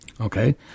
Okay